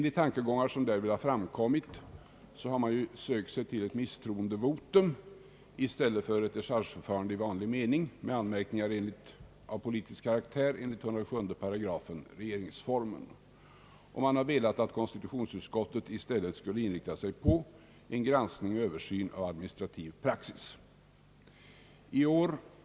I de tankegångar som därvid har framkommit har man sökt sig till ett institut med misstroendevotum i stället för dechargeförfarande i vanlig mening med anmärkningar av politisk karaktär enligt 107 § regeringsformen, och man har velat att konstitutionsutskottet i stället skulle inrikta sig på granskning och översyn av administrativ praxis.